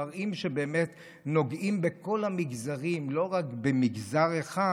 מראים שבאמת נוגעים בכל המגזרים ולא רק במגזר אחד,